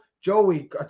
Joey